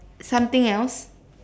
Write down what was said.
something else